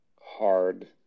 hard